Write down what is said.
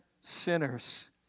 sinners